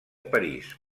parís